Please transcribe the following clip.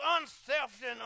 unselfish